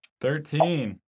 Thirteen